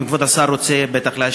אם כבוד השר רוצה להשיב,